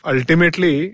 Ultimately